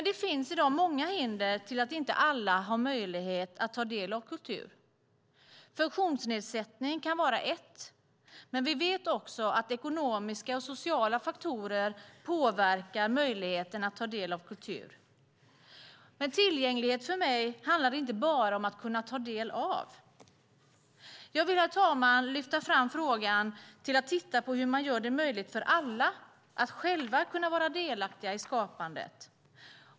Det finns i dag många hinder som gör att inte alla har möjlighet att ta del av kultur. Funktionsnedsättning kan vara ett hinder, men vi vet också att ekonomiska och sociala faktorer påverkar möjligheten att ta del av kultur. Tillgänglighet för mig handlar inte bara om att kunna ta del av. Jag vill, herr talman, lyfta fram frågan till att titta på hur man gör det möjligt för alla att själva vara delaktiga i skapandet.